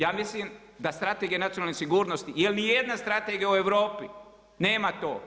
Ja mislim da Strategija nacionalne sigurnosti, jer ni jedna strategija u Europi nema to.